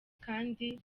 kandi